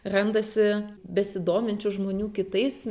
randasi besidominčių žmonių kitais